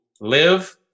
live